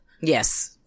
Yes